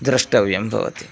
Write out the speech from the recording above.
द्रष्टव्यं भवति